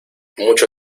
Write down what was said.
mucho